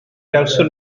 gawson